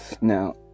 Now